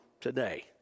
today